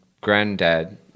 granddad